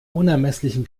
unermesslichen